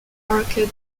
arcade